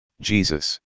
Jesus